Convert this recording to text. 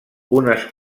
unes